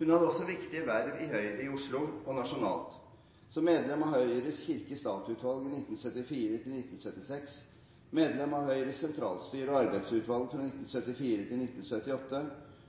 Hun hadde også viktige verv i Høyre i Oslo og nasjonalt, som medlem av Høyres kirke–stat-utvalg fra 1974 til 1976, medlem av Høyres sentralstyre og arbeidsutvalg fra 1974 til 1978,